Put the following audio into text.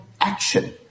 action